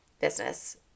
business